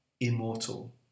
immortal